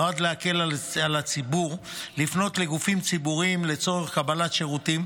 נועד להקל על הציבור לפנות לגופים ציבוריים לצורך קבלת שירותים,